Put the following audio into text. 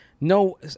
No